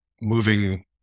moving